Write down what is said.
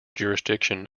jurisdiction